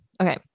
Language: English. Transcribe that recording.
okay